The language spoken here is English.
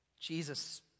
Jesus